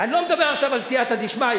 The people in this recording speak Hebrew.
אני לא מדבר עכשיו על סייעתא דשמיא,